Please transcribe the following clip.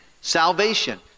salvation